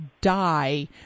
die